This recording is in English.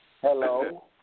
Hello